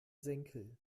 senkel